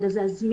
תודה רבה.